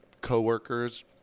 coworkers